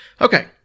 Okay